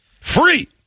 Free